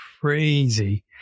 crazy